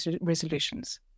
resolutions